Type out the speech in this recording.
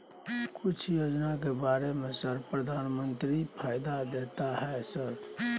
कुछ योजना के बारे में सर प्रधानमंत्री फायदा देता है सर?